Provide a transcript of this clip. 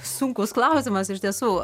sunkus klausimas iš tiesų